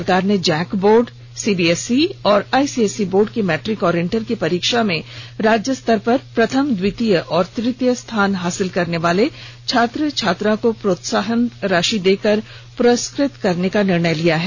सरकार ने JAC board CBSE और आईसीएसई बोर्ड की मैट्रिक और इंटर की परीक्षा में राज्य स्तर पर प्रथम द्वितीय एवं तृतीय स्थान पर आनेवाले छात्र या छात्रा को प्रोत्साहन राशि देकर पुरस्कृत करने का निर्णय लिया है